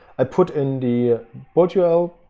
i put in the virtual